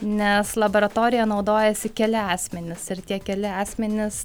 nes laboratorija naudojasi keli asmenys ir tie keli asmenys